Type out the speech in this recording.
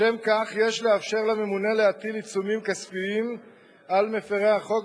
לשם כך יש לאפשר לממונה להטיל עיצומים כספיים על מפירי החוק,